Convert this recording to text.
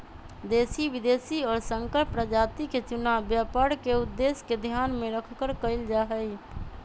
देशी, विदेशी और संकर प्रजाति के चुनाव व्यापार के उद्देश्य के ध्यान में रखकर कइल जाहई